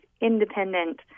independent